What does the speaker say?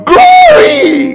Glory